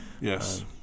Yes